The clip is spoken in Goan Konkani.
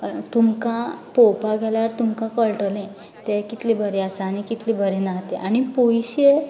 तुमकां पळोवपाक गेल्यार तुमकां कळटलें तें कितलें बरें आसा आनी कितलें बरें ना तें आनी पोयशें